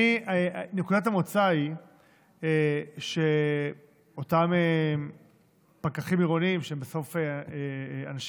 נקודת המוצא היא שאותם פקחים עירוניים הם אנשים